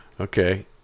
okay